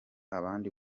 abandi